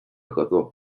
合作